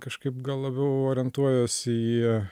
kažkaip gal labiau orientuojuosi į